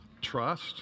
Trust